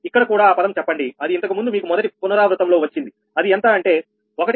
ఇక్కడ కూడా ఆ పదం చెప్పండి అది ఇంతకు ముందు మీకు మొదటి పునరావృతం లో వచ్చింది అది ఎంత అంటే 1